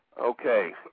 Okay